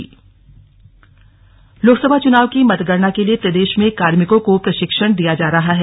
मतगणना प्रशिक्षण लोकसभा चुनाव के मतगणना के लिए प्रदेश में कार्मिकों को प्रशिक्षण दिया जा रहा है